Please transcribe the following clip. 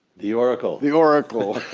the oracle. the oracle!